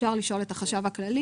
אפשר לשאול את החשב הכללי,